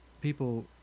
people